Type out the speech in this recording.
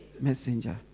Messenger